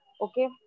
Okay